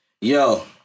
yo